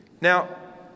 Now